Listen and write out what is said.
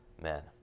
men